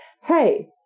Hey